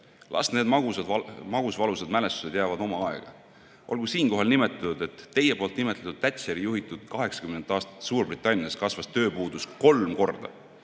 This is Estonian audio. Las need magusvalusad mälestused jäävad oma aega. Olgu siinkohal nimetatud, et Thatcheri juhitud 1980. aastate Suurbritannias kasvas tööpuudus kolm korda,